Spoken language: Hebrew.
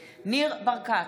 בעד מאי גולן,